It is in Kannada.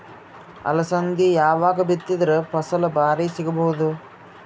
ಅಲಸಂದಿ ಯಾವಾಗ ಬಿತ್ತಿದರ ಫಸಲ ಭಾರಿ ಸಿಗಭೂದು?